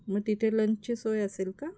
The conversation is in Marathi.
मग तिथे लंचची सोय असेल का